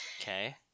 okay